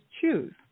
choose